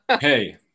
hey